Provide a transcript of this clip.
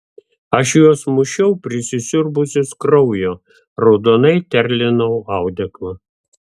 aš juos mušiau prisisiurbusius kraujo raudonai terlinau audeklą